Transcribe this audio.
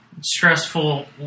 stressful